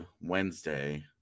Wednesday